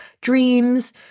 dreams